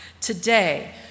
Today